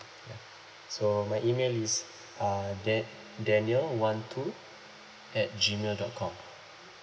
ya so my email is uh da~ daniel one two at gmail dot com